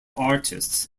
artists